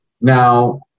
now